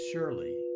Surely